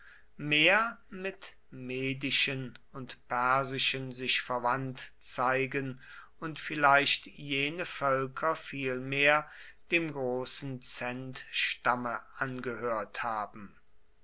mehr mit medischen und persischen sich verwandt zeigen und vielleicht jene völker vielmehr dem großen zendstamme angehört haben